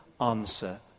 answer